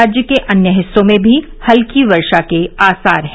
राज्य के अन्य हिस्सों में भी हल्की वर्षा के आसार हैं